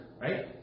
right